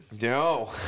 No